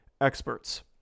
experts